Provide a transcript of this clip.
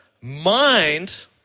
mind